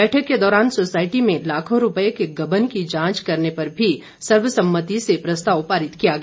बैठक के दौरान सोसायटी में लाखों रुपए के गबन की जांच करने पर भी सर्वसम्मति से प्रस्ताव पारित किया गया